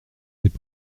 c’est